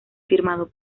firmado